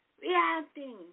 reacting